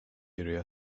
area